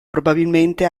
probabilmente